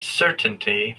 certainty